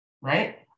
right